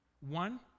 One